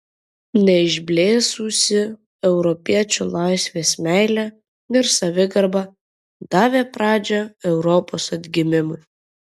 neišblėsusi europiečių laisvės meilė ir savigarba davė pradžią europos atgimimui